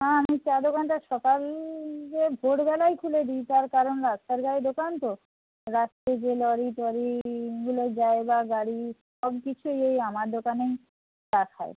না আমি চায়ের দোকানটা সকালে ভোরবেলায় খুলে দি তার কারণ রাস্তার ধারে দোকান তো রাত্রিরে লরি টরিগুলো যায় বা গাড়ি সবকিছুই এই আমার দোকানেই চা খায়